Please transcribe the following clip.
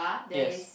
yes